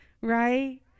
right